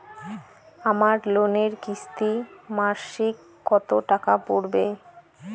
আমার লোনের কিস্তি মাসিক কত টাকা পড়বে?